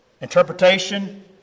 Interpretation